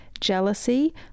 jealousy